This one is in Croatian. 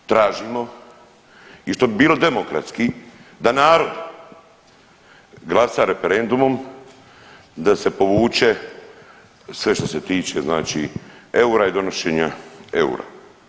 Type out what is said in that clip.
Zbog toga tražimo i što bi bilo demokratski da narod glasa referendumom da se povuče sve što se tiče znači eura i donošenja eura.